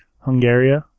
Hungary